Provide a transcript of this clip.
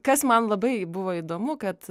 kas man labai buvo įdomu kad